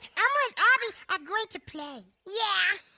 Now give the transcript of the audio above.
and like ah abby are going to play. yeah.